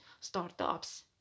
startups